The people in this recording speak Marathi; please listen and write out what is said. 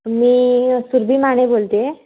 मी सुरभी माने बोलते आहे